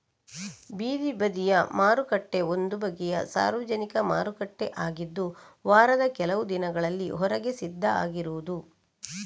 ಬೀದಿ ಬದಿಯ ಮಾರುಕಟ್ಟೆ ಒಂದು ಬಗೆಯ ಸಾರ್ವಜನಿಕ ಮಾರುಕಟ್ಟೆ ಆಗಿದ್ದು ವಾರದ ಕೆಲವು ದಿನಗಳಲ್ಲಿ ಹೊರಗೆ ಸಿದ್ಧ ಆಗಿರುದು